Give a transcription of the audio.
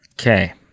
Okay